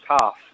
half